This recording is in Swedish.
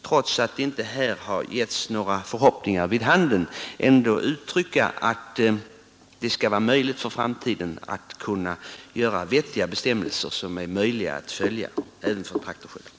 Trots att här inte har getts några direkta utfästelser vill jag uttrycka den förhoppningen att vi i framtiden kan få vettiga bestämmelser, som är möjliga att följa i praktiska livet.